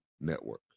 network